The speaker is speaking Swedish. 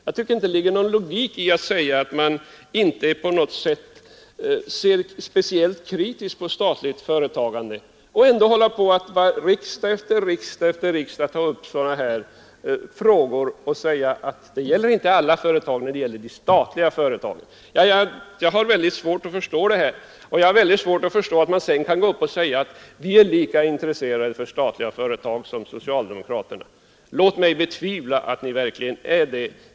Det ligger inte någon logik i att säga att man inte ser speciellt kritiskt på statligt företagande, när man ändå riksdag efter riksdag håller på med att ta upp sådana här frågor. Samtidigt säger man: Det gäller inte alla företag men det gäller de statliga. Jag har svårt att förstå detta och jag har även svårt att förstå att man sedan kan gå upp och säga: Vi är lika intresserade av statliga företag som socialdemokraterna. Låt mig betvivla att ni verkligen är det.